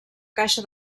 caixa